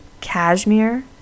cashmere